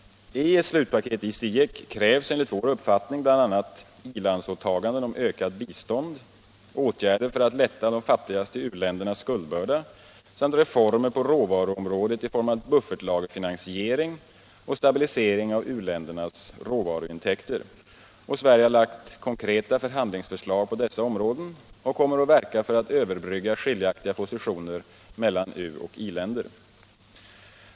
I ett slutpaket i CIEC krävs enligt vår uppfattning bl.a. i-landsåtaganden om ökat bistånd, åtgärder för att lätta de fattigaste u-ländernas skuldbörda, samt reformer på råvaruområdet i form av buffertlagerfinansiering och stabilisering av u-ländernas råvaruintäkter. Sverige har lagt konkreta förhandlingsförslag på dessa områden och kommer att verka för att överbrygga skiljaktiga positioner mellan uoch i-länder.